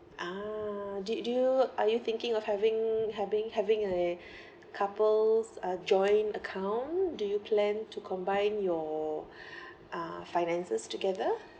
ah do you do you are you thinking of having having having a couples uh joint account do you plan to combine uh your finances together